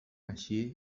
així